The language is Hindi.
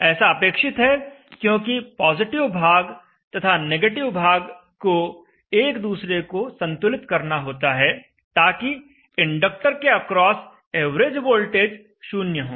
ऐसा अपेक्षित है क्योंकि पॉजिटिव भाग तथा निगेटिव भाग को एक दूसरे को संतुलित करना होता है ताकि इंडक्टर के अक्रॉस एवरेज वोल्टेज शून्य हो